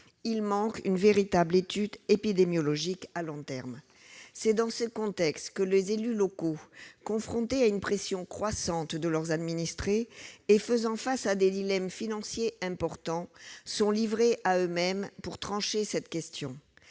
Il manque une véritable étude épidémiologique à long terme. C'est dans ce contexte que les élus locaux, confrontés à une pression croissante de leurs administrés et faisant face à des dilemmes financiers importants, sont livrés à eux-mêmes pour trancher cette question.